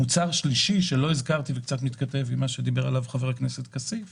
מוצר שלישי שלא הזכרתי וקצת מתכתב עם מה שדיבר עליו חבר הכנסת כסיף